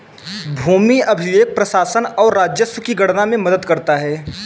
भूमि अभिलेख प्रशासन और राजस्व की गणना में मदद करता है